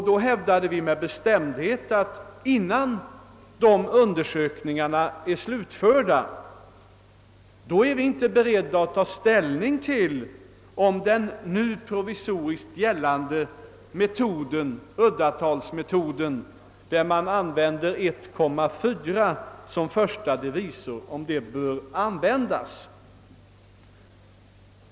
Då hävdade vi med bestämdhet, att vi innan de undersökningarna var slutförda inte var beredda att ta ställning till frågan, huruvida den nu provisoriskt gällande metoden, uddatalsmetoden med 1,4 som första divisor, borde användas.